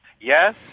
yes